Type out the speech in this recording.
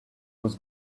was